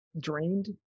drained